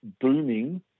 booming